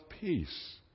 Peace